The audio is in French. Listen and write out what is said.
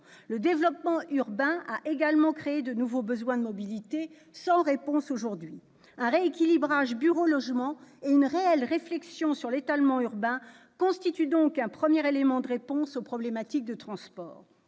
Le développement urbain a également créé de nouveaux besoins de mobilité encore sans réponse aujourd'hui. Un rééquilibrage entre bureau et logement et une réelle réflexion sur l'étalement urbain constituent donc un premier élément de réponse aux problèmes de transport.